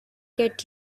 get